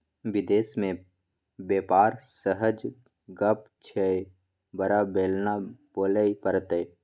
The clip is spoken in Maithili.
विदेश मे बेपार सहज गप छियै बड़ बेलना बेलय पड़तौ